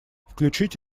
включить